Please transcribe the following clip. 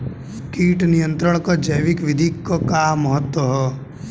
कीट नियंत्रण क जैविक विधि क का महत्व ह?